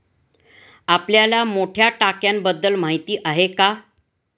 आपल्याला मोठ्या टाक्यांबद्दल माहिती आहे का?